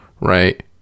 right